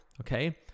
okay